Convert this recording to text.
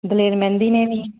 ਦਲੇਰ ਮਹਿੰਦੀ ਨੇ ਵੀ